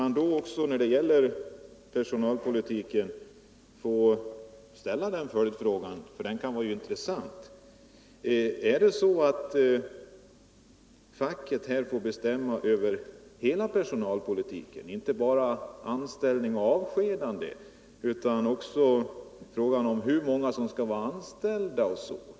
När det gäller personalpolitiken vill jag ställa en följdfråga: Skulle i så fall fackföreningarna få bestämma över hela personalpolitiken, inte bara i frågor om anställning och avskedande utan också i fråga om hur många som skall vara anställda osv.?